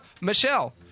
Michelle